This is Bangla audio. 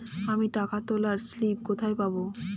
আমি টাকা তোলার স্লিপ কোথায় পাবো?